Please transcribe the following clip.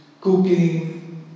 cooking